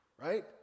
right